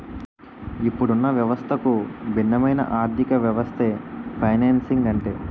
ఇప్పుడున్న వ్యవస్థకు భిన్నమైన ఆర్థికవ్యవస్థే ఫైనాన్సింగ్ అంటే